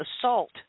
assault